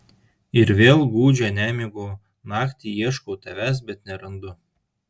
ir vėl gūdžią nemigo naktį ieškau tavęs bet nerandu